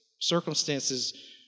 circumstances